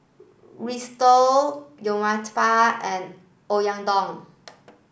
Risotto Uthapam and Oyakodon